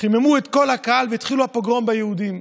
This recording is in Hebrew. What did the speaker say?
חיממו את כל הקהל והתחילו פוגרום ביהודים.